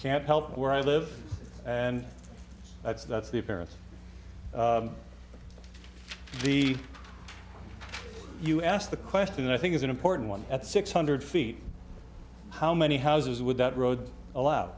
can't help where i live and that's that's the parents you asked the question i think is an important one at six hundred feet how many houses would that road allow